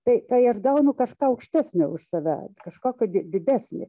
tai kai aš gaunu kažką aukštesnio už save kažką kad didesnį